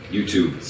YouTube